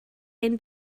hen